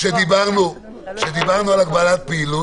כשדיברנו על הגבלת פעילות,